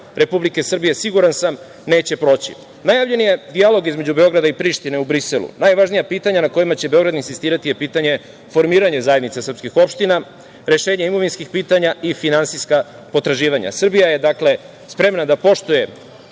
Republike Srbije siguran sam neće proći. Najavljen je dijalog između Beograda i Prištine u Briselu. Najvažnija pitanja kojima će Beograd insistirati je pitanje formiranja Zajednice srpskih opština, rešenje imovinskih pitanja i finansijska potraživanja. Srbija je dakle spremna da poštuje